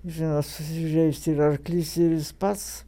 žinot susižeisti ir arklys ir jis pats